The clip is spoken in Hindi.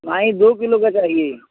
नहीं दो किलो का चाहिए